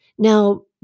Now